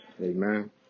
Amen